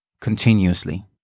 continuously